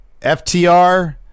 FTR